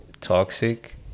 toxic